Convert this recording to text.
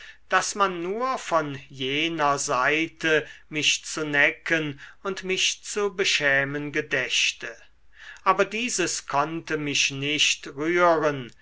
daß man nur von jener seite mich zu necken und mich zu beschämen gedächte aber dieses konnte mich nicht rühren